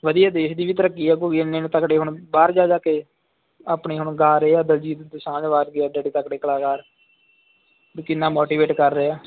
ਵਧੀਆ ਦੇਸ਼ ਦੀ ਵੀ ਤਰੱਕੀ ਆ ਕੋਈ ਇੰਨੇ ਨੂੰ ਤਕੜੇ ਹੁਣ ਬਾਹਰ ਜਾ ਜਾ ਕੇ ਆਪਣੀ ਹੁਣ ਗਾ ਰਹੇ ਆ ਦਲਜੀਤ ਦੁਸਾਂਝ ਵਰਗੇ ਐਡੇ ਐਡੇ ਤਕੜੇ ਕਲਾਕਾਰ ਕਿੰਨਾ ਮੋਟੀਵੇਟ ਕਰ ਰਿਹਾ